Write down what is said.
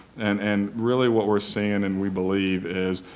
and and really what we're seeing and we believe is,